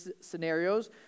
scenarios